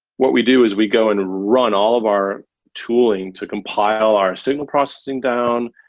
what we do is we go and run all of our tooling to compile our signal processing down,